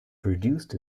produced